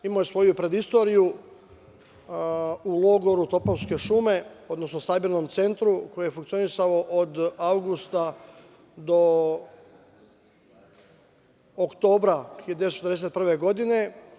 Imao je svoju predistoriju u logoru Topovske šume, odnosno sabirnom centru, koji je funkcionisao od avgusta do oktobra 1941. godine.